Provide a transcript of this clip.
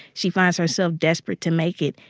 she finds herself desperate to make it,